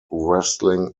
wrestling